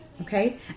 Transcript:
Okay